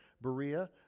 Berea